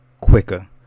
quicker